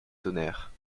tonnerre